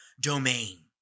domain